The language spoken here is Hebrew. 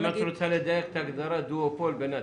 אם את רוצה לדייק את ההגדרה דואופול, בינתיים.